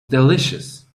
delicious